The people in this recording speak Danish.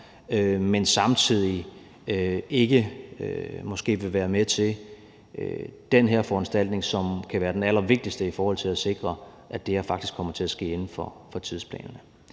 men samtidig måske ikke vil være med til den her foranstaltning, som kan være den allervigtigste i forhold til at sikre, at det her faktisk kommer til at ske inden for tidsplanerne.